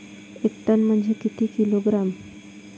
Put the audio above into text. एक टन म्हनजे किती किलोग्रॅम?